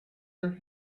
her